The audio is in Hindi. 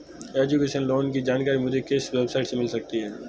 एजुकेशन लोंन की जानकारी मुझे किस वेबसाइट से मिल सकती है?